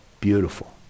Beautiful